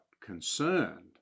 concerned